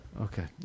Okay